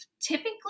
typically